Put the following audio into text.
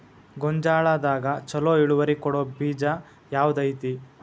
ಗೊಂಜಾಳದಾಗ ಛಲೋ ಇಳುವರಿ ಕೊಡೊ ಬೇಜ ಯಾವ್ದ್ ಐತಿ?